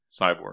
Cyborg